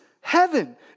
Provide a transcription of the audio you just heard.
heaven